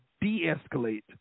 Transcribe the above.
de-escalate